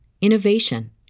innovation